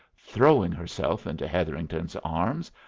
throwing herself into hetherington's arms.